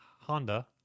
Honda